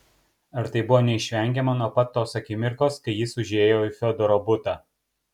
ar tai buvo neišvengiama nuo pat tos akimirkos kai jis užėjo į fiodoro butą